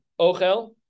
ochel